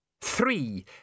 three